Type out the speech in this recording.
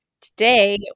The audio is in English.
Today